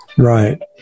Right